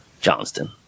Johnston